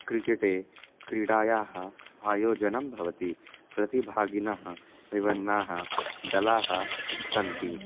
क्रिकेटक्रीडायाः आयोजनं भवति प्रतिभागिनः विभिन्नाः दलाः सन्ति